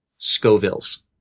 Scovilles